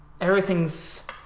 Everything's